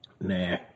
Nah